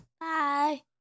Bye